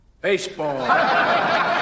Baseball